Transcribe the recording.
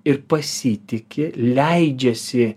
ir pasitiki leidžiasi